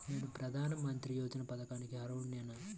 నేను ప్రధాని మంత్రి యోజన పథకానికి అర్హుడ నేన?